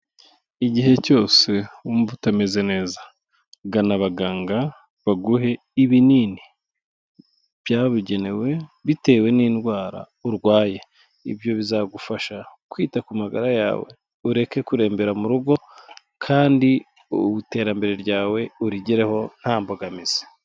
Igihe cyose wumva utameze neza gana abaganga baguhe ibinini byabugenewe bitewe n'indwara urwaye, ibyo bizagufasha kwita ku magara yawe ureke kurembera mu rugo kandi iterambere ryawe urigereho nta mbogamizi.